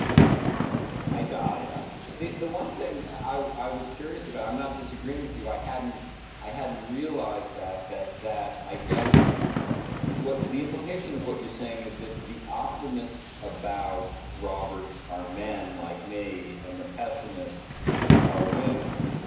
thanks for having me i gallia, the the one thing i i was curious about i'm not disagreeing with you. i hadn't i hadn't realized that that that i guess what the implication of what you're saying is that the optimists about roberts are man like me and the pessimists are women.